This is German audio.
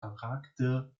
charakter